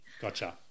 Gotcha